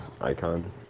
icon